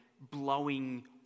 blowing